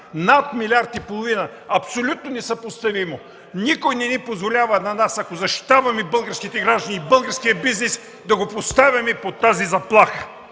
Над милиард и половина – абсолютно несъпоставимо! Никой не ни позволява, ако защитаваме българските граждани, българския бизнес, да го поставяме под тази заплаха!